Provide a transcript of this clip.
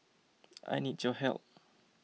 I need your help